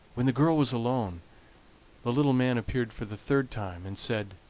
when the girl was alone the little man appeared for the third time, and said